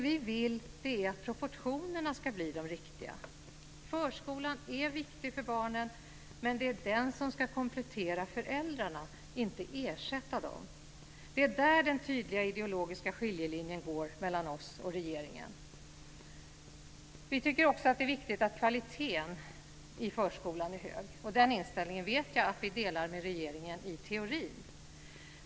Vi vill att proportionerna ska bli riktiga. Förskolan är viktig för barnen, men den ska komplettera föräldrarna, inte ersätta dem. Det är där den tydliga ideologiska skiljelinjen går mellan oss och regeringen. Vi tycker också att det är viktigt att kvaliteten i förskolan är hög. Den inställningen vet jag att vi delar med regeringen i teorin.